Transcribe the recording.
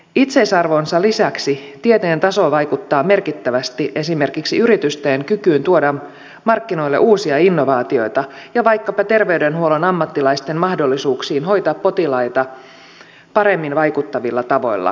itseisarvonsa lisäksi tieteen tasoon vaikuttaa merkittävästi esimerkiksi yritysten kyky tuoda markkinoille uusia innovaatioita samoin vaikkapa terveydenhuollon ammattilaisten mahdollisuuksiin hoitaa potilaita paremmin vaikuttavilla tavoilla